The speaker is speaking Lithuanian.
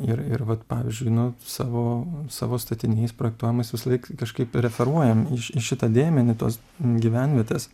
ir ir vat pavyzdžiui nu savo savo statiniais projektuojamais visąlaik kažkaip referuojam į šitą dėmenį tos gyvenvietės